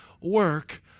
work